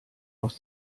aus